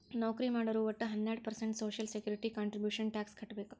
ನೌಕರಿ ಮಾಡೋರು ವಟ್ಟ ಹನ್ನೆರಡು percent social security contribution tax ಕಟ್ಬೇಕ್